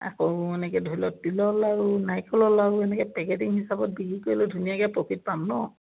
আকৌ এনেকৈ ধৰি লোৱা তিলৰ লাড়ু নাৰিকলৰ লাড়ু এনেকৈ পেকেটিং হিচাপত বিক্ৰী কৰিলে ধুনীয়াকৈ প্ৰফিট পাম ন